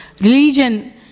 religion